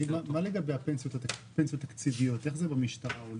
מה לגבי הפנסיות התקציביות, איך זה במשטרה הולך?